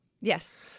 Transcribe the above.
Yes